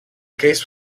case